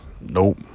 Nope